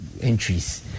entries